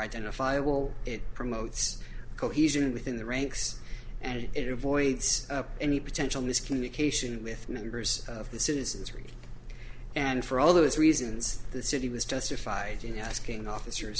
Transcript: identifiable it promotes cohesion within the ranks and it avoids any potential miscommunication with members of the citizenry and for all those reasons the city was justified in asking officers